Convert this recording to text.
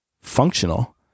functional